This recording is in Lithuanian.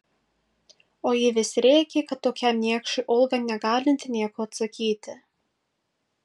o ji vis rėkė kad tokiam niekšui olga negalinti nieko atsakyti